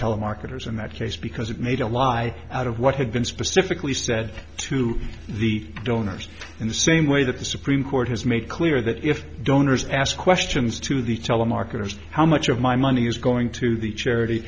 telemarketers in that case because it made a lie out of what had been specifically said to the donors in the same way that the supreme court has made clear that if donors ask questions to the telemarketers how much of my money is going to the charity